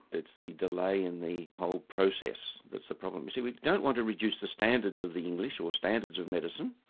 it's the delay in the whole process that's the problem. you see we don't want to reduce the standards of the english or standards of medicine.